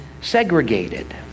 segregated